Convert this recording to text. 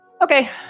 Okay